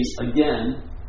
again